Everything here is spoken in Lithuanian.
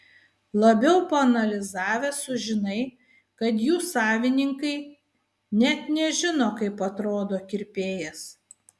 labiau paanalizavęs sužinai kad jų savininkai net nežino kaip atrodo kirpėjas